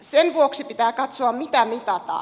sen vuoksi pitää katsoa mitä mitataan